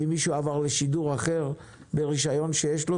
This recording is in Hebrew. ואם מישהו עבר לשידור אחר מהרישיון שיש לו,